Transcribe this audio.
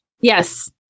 Yes